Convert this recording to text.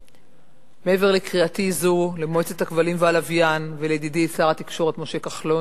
מעבר לקריאתי זו למועצת הכבלים והלוויין ולידידי שר התקשורת משה כחלון,